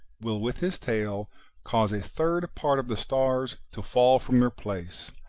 will with his tail cause a third part of the stars to fall from their place,